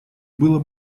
было